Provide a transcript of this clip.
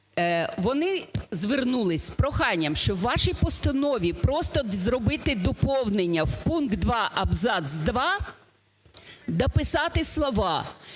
Вони звернулись з проханням, щоб у вашій постанові просто зробити доповнення: в пункт 2 абзац два дописати слова